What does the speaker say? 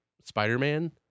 Spider-Man